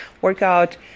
workout